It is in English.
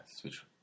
switch